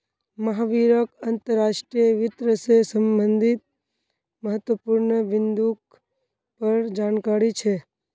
महावीरक अंतर्राष्ट्रीय वित्त से संबंधित महत्वपूर्ण बिन्दुर पर जानकारी छे